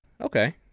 Okay